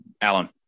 Alan